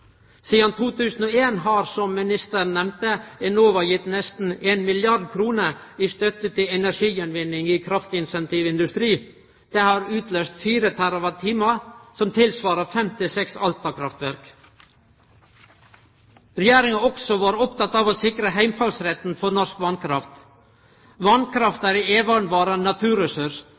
Sidan 2001 har, som ministeren nemnde, Enova gitt nesten 1 milliard kr i støtte til energigjenvinning i kraftintensiv industri. Det har utløyst 4 TWh, som tilsvarar fem–seks Alta-kraftverk. Regjeringa har også vore oppteken av å sikre heimfallsretten for norsk vasskraft. Vasskrafta er ein evigvarande naturressurs